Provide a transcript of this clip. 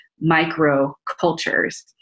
micro-cultures